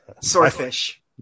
swordfish